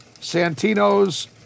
Santino's